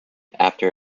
after